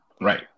Right